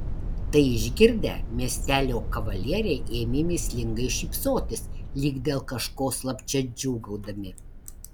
tai išgirdę miestelio kavalieriai ėmė mįslingai šypsotis lyg dėl kažko slapčia džiūgaudami